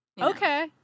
Okay